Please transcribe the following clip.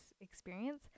experience